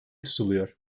tutuluyor